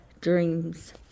dreams